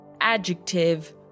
Adjective